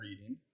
reading